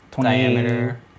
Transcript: diameter